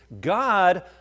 God